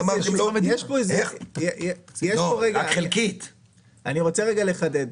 אני רוצה רגע לחדד.